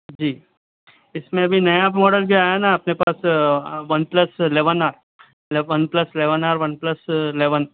جی اس میں بھی نیا ماڈل کیا ہے نہ اپنے پاس OnePlus eleven R OnePlus eleven R OnePlus eleven